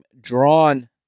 drawn